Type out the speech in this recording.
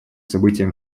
событиям